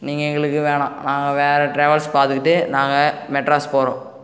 நீங்கள் எங்களுக்கு வேணாம் நாங்கள் வேறே டிராவல்ஸ் பார்த்துக்கிட்டு நாங்கள் மெட்ராஸ் போகிறோம்